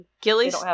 Gilly's